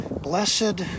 Blessed